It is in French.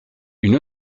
une